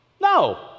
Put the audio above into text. No